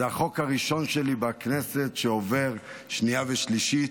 זה החוק הראשון שלי בכנסת שעובר שנייה ושלישית.